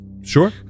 Sure